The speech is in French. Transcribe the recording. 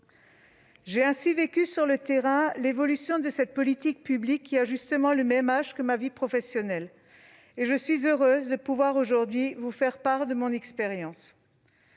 J'ai ainsi vécu sur le terrain l'évolution de cette politique publique, avec laquelle a précisément commencé ma vie professionnelle, et je suis heureuse de pouvoir aujourd'hui vous faire part de mon expérience.